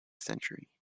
century